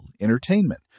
entertainment